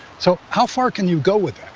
so how far can you go with that?